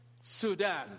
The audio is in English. Sudan